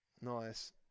Nice